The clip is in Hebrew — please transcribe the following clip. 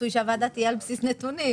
רצוי שההחלטה תהיה על בסיס נתונים.